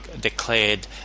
declared